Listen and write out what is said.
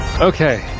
Okay